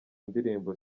ndirimbo